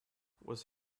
was